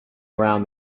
around